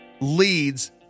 leads